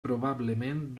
probablement